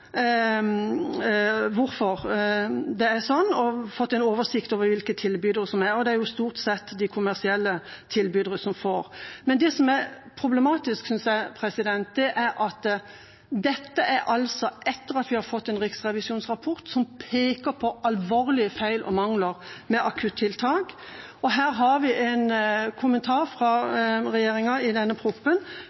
hvorfor det er slik, og fått en oversikt over tilbydere. Det er stort sett de kommersielle tilbyderne som får. Men det jeg synes er problematisk, er at dette kommer etter at vi har fått en riksrevisjonsrapport som peker på alvorlige feil og mangler med akuttiltak. Her har vi fått en kommentar fra regjeringa i